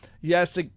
yes